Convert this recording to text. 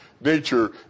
nature